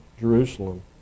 Jerusalem